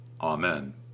Amen